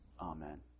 amen